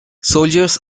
soldiers